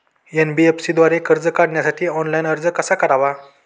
NBFC द्वारे कर्ज काढण्यासाठी ऑनलाइन अर्ज कसा करावा?